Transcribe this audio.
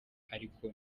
ariko